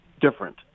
different